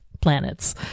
planets